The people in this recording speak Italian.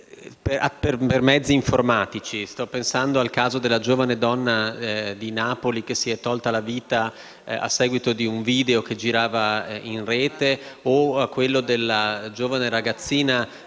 mezzi informatici. Sto pensando al caso della giovane donna di Napoli che si è tolta la vita a seguito di un video che girava in rete o a quello della giovane ragazzina